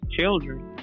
children